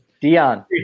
Dion